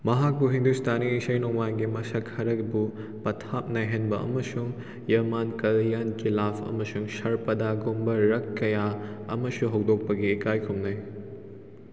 ꯃꯍꯥꯛꯄꯨ ꯍꯤꯟꯗꯨꯁꯇꯥꯅꯤ ꯏꯁꯩ ꯅꯣꯡꯃꯥꯏꯒꯤ ꯃꯁꯛ ꯈꯔꯕꯨ ꯄꯊꯥꯞ ꯅꯥꯏꯍꯟꯕ ꯑꯃꯁꯨꯡ ꯌꯃꯥꯟ ꯀꯂꯤꯌꯥꯟ ꯒꯤꯂꯥꯐ ꯑꯃꯁꯨꯡ ꯁꯔꯄꯥꯗꯥꯒꯨꯝꯕ ꯔꯛ ꯀꯌꯥ ꯑꯃꯁꯨ ꯍꯧꯗꯣꯛꯄꯒꯤ ꯏꯀꯥꯏ ꯈꯨꯝꯅꯩ